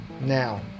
now